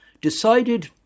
decided